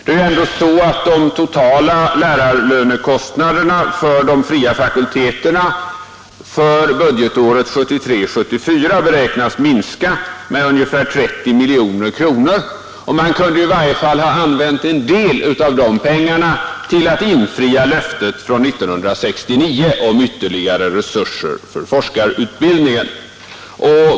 Det är ju ändå så att de totala lärarlönekostnaderna för de fria fakulteterna för budgetåret 1973/74 beräknas minska med ungefär 30 miljoner kronor, och man kunde i varje fall ha använt en del av de pengarna till att infria löftet från 1969 om ytterligare resurser för forskarutbildningen.